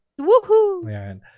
Woohoo